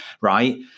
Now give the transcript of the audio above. right